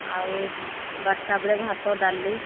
ଆଉ ବାରଟା ବେଳେ ଭାତ ଡାଲି